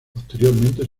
posteriormente